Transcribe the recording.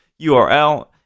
URL